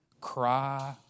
cry